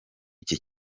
iki